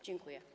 Dziękuję.